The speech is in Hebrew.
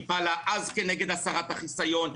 היא פעלה אז כנגד הסרת החיסיון,